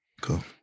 cool